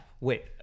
Wait